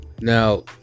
now